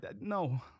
No